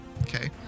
Okay